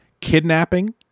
kidnapping